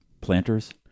planters